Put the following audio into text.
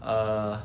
err